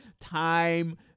time